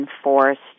enforced